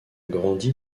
grandi